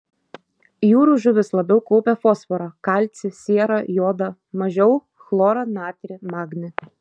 jūrų žuvys labiau kaupia fosforą kalcį sierą jodą mažiau chlorą natrį magnį